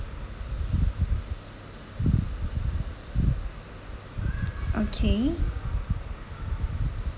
okay